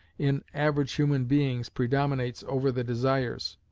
in average human beings, predominates over the desires,